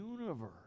universe